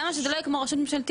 למה שזה לא יהיה כמו רשות ממשלתית,